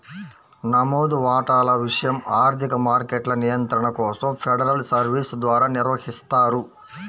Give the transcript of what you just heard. నమోదు వాటాల విషయం ఆర్థిక మార్కెట్ల నియంత్రణ కోసం ఫెడరల్ సర్వీస్ ద్వారా నిర్వహిస్తారు